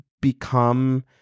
become